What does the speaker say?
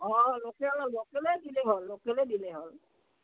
অঁ লোকেল লোকেলেই দিলেই হ'ল লোকেলেই দিলেই হ'ল